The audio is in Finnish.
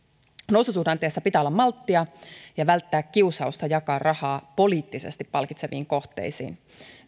noususuhdanteessa pitää olla malttia ja välttää kiusausta jakaa rahaa poliittisesti palkitseviin kohteisiin